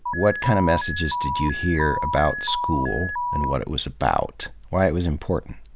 what kind of messages did you hear about school and what it was about, why it was important?